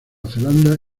zelanda